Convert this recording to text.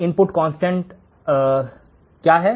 input constant है